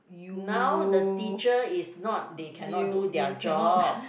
now the teacher is not they cannot do their job